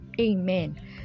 Amen